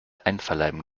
einverleiben